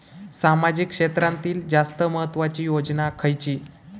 सामाजिक क्षेत्रांतील जास्त महत्त्वाची योजना खयची?